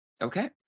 Okay